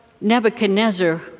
Nebuchadnezzar